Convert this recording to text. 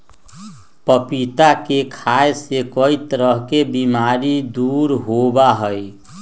पपीता के खाय से कई तरह के बीमारी दूर होबा हई